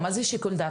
לא, מה זה שיקול דעת?